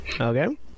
Okay